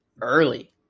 early